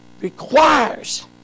requires